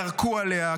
ירקו עליה,